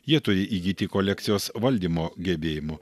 jie turi įgyti kolekcijos valdymo gebėjimų